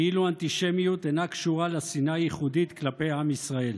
כאילו אנטישמיות אינה קשורה לשנאה הייחודית כלפי עם ישראל.